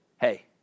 hey